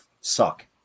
suck